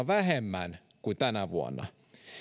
vähemmän kuin tänä vuonna